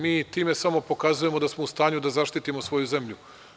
Mi time samo pokazujemo da smo u stanju da zaštitimo svoju zemlju.